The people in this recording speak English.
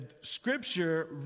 scripture